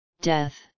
Death